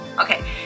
Okay